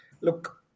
look